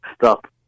stop